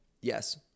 Yes